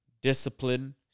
Discipline